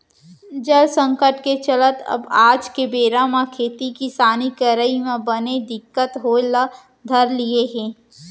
जल संकट के चलत अब आज के बेरा म खेती किसानी करई म बने दिक्कत होय ल धर लिये हे